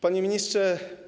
Panie Ministrze!